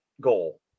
goal